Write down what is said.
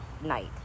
night